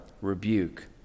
rebuke